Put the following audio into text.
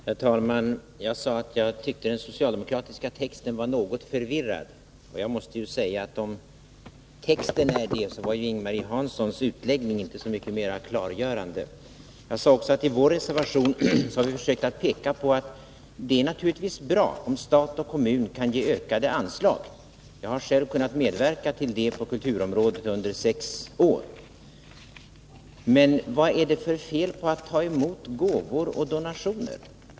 Herr talman! Jag sade att jag tyckte den socialdemokratiska texten var något förvirrad, och jag måste ju säga att om texten är det så var ju Ing-Marie Hanssons utläggning inte så mycket mera klargörande. Jag sade också att i vår reservation har vi försökt peka på att det naturligtvis är bra om stat och kommun kan ge ökade anslag — jag har själv kunnat medverkat till det på kulturområdet under sex år — men att vi också ställt frågan: Vad är det för fel att ta emot gåvor och donationer?